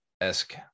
esque